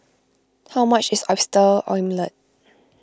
how much is Oyster Omelette